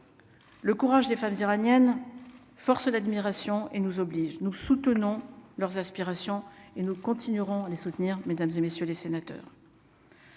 le courage des femmes iraniennes force l'admiration et nous oblige, nous soutenons leurs aspirations et nous continuerons à les soutenir, mesdames et messieurs les sénateurs.